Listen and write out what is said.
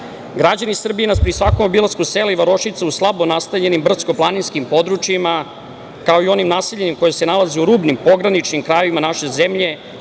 Srbije. Građani Srbije nas pri svakom obilasku sela i varošica u slabo nastanjenim brdsko-planinskim područjima, kao i u onim naseljenim, koja se nalaze u rubnim, pograničnim krajevima naše zemlje